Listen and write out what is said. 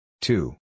two